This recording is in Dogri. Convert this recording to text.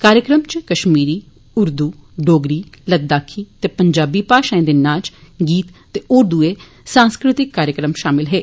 कार्जक्रमें च कश्मीरी उर्दू डोगरी लद्दाखी ते पंजाबी भाषाएं दे नाच गीत ते होर दुए सांस्कृतिक कार्यक्रम शामल हे